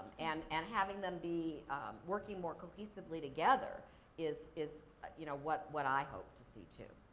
and and having them be working more cohesively together is is you know what what i hope to see, too.